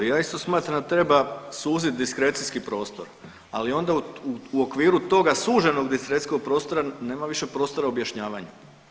Ja isto smatram da treba suziti diskrecijski prostor, ali onda u okviru toga suženog diskrecijskog prostora nema više prostora objašnjavanja.